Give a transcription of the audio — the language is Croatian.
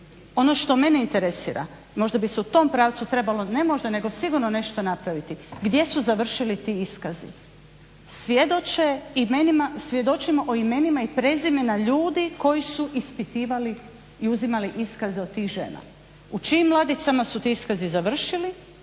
Ono što mene interesira, možda bi se u tom pravcu trebalo, ne možda nego sigurno nešto napraviti, gdje su završili ti iskazi. Svjedočimo o imenima i prezimenima ljudi koji su ispitivali i uzimali iskaze od tih žena. U čijim ladicama su ti iskazi završili,